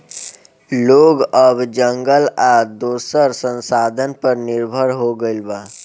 लोग अब जंगल आ दोसर संसाधन पर निर्भर हो गईल बा